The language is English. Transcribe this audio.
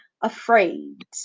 afraid